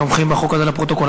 כתומכים בחוק הזה, לפרוטוקול.